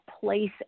place